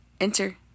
Enter